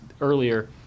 earlier